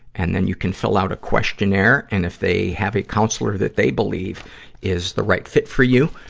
and then you can fill out a questionnaire. and if they have a counselor that they believe is the right fit for you,